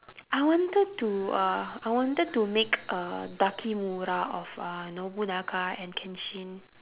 I wanted to uh I wanted to make a dakimakura of uh nobunaga and kenshin